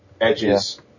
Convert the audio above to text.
Edges